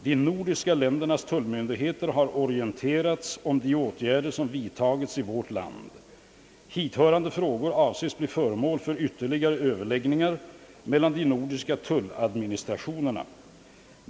De nordiska ländernas tullmyndigheter har orienterats om de åtgärder som vidtagits i vårt land. Hit hörande frågor avses bli föremål för ytterligare överläggningar mellan de nordiska tulladministrationerna.